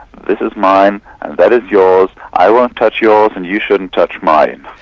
this is mine, and that is yours. i won't touch yours, and you shouldn't touch mine.